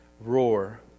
roar